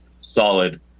solid